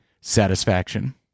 satisfaction